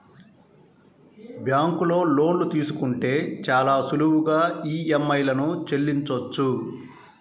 బ్యేంకులో లోన్లు తీసుకుంటే చాలా సులువుగా ఈఎంఐలను చెల్లించొచ్చు